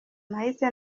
nahise